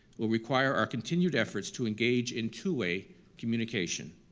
will require our continued efforts to engage in two-way communication.